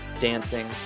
dancing